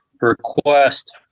request